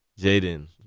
Jaden